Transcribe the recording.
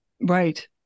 Right